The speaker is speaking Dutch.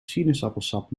sinaasappelsap